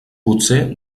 potser